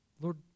Lord